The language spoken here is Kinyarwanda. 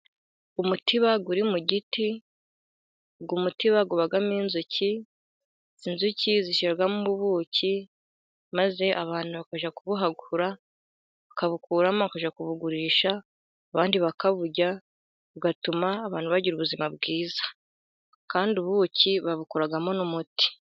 Umutiba uri mu giti uyu mutiba ubamo inzuki, inzuki zishyiramo ubuki maze abantu bakajya kubuhakura bakabukuramo bakajya kubugurisha, abandi bakaburya bugatuma abantu bagira ubuzima bwiza kandi ubuki babukoramo n'umuti.